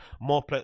more